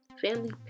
family